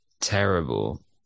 terrible